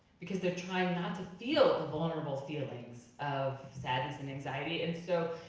because they're trying not to feel the vulnerable feelings of sadness and anxiety, and so